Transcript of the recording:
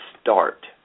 start